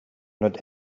not